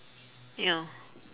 ya